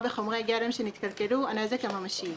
בחומרי גלם שנתקלקלו הנזק הממשי,